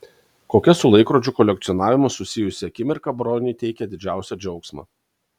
kokia su laikrodžių kolekcionavimu susijusi akimirka broniui teikia didžiausią džiaugsmą